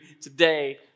today